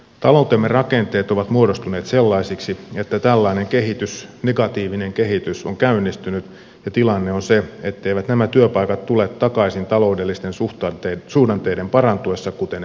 taloutemme rakenteet ovat muodostuneet sellaisiksi että tällainen kehitys negatiivinen kehitys on käynnistynyt ja tilanne on se etteivät nämä työpaikat tule takaisin taloudellisten suhdanteiden parantuessa kuten ennen vanhaan